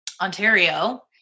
Ontario